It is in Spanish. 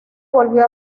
volvió